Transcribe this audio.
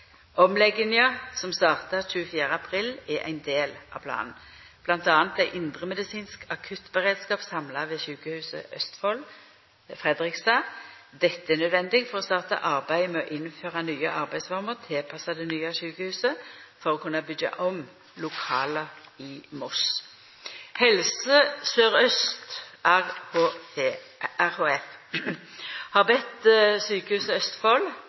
som startet 24. april, er en del av planen. Blant annet ble indremedisinsk akuttberedskap samlet ved Sykehuset Østfold Fredrikstad. Dette er nødvendig for å starte arbeidet med å innføre nye arbeidsformer tilpasset det nye sykehuset, og for å kunne bygge om lokalene i Moss. Helse Sør-Øst RHF har bedt Sykehuset Østfold